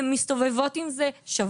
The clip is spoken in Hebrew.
הן מסתובבות עם זה שבוע,